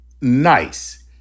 nice